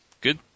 good